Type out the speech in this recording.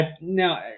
now